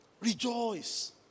rejoice